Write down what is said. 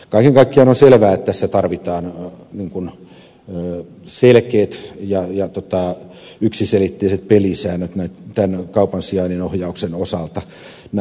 kaiken kaikkiaan on selvää että tässä tarvitaan selkeät ja yksiselitteiset pelisäännöt tämän kaupan sijainnin ohjauksen osalta